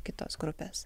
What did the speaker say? kitos grupės